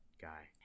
Guy